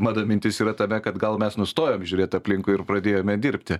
mano mintis yra tame kad gal mes nustojom žiūrėt aplinkui ir pradėjome dirbti